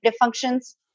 functions